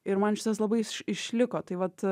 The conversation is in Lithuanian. ir man šitas labai išliko tai vat